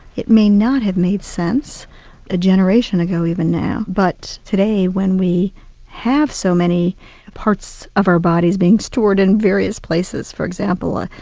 it may not have made sense a generation ago even now, but today, when we have so many parts of our bodies being stored in various places. for example, ah